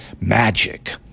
magic